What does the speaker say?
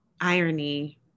irony